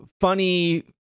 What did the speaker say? funny